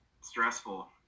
stressful